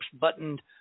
buttoned